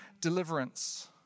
deliverance